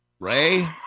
Ray